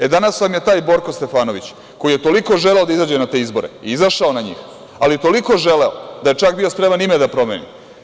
E, danas nam je taj Borko Stefanović, koji je toliko želeo da izađe na te izbore, izašao na njih, ali je toliko želeo da je čak bio spreman i ime da promeni.